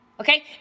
Okay